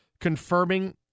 confirming